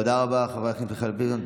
תודה רבה, חבר הכנסת מיכאל ביטון.